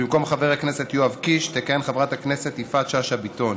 במקום חבר הכנסת יואב קיש תכהן חברת הכנסת יפעת שאשא-ביטון.